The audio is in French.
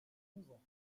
couvent